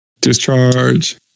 Discharge